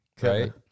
right